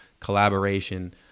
Collaboration